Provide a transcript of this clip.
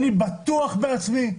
אני בטוח בעצמי,